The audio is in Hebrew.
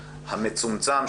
המצומצם,